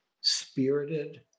spirited